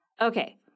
okay